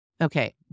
Okay